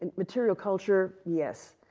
and material culture, yes.